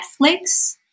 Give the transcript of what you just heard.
Netflix